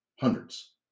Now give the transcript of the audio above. Hundreds